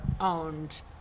owned